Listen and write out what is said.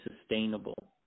sustainable